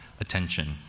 attention